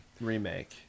remake